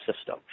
system